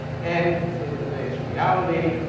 and in today's reality,